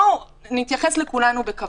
בואו נתייחס לכולנו בכבוד.